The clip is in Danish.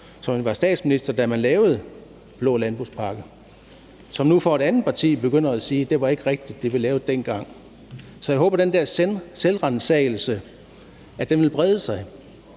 som var statsminister, da man lavede den blå landbrugspakke, og som nu for et andet parti begynder at sige: Det var ikke rigtigt, hvad vi lavede dengang. Så jeg håber, at den der selvransagelse vil brede sig,